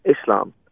Islam